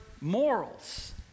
morals